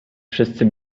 wszyscy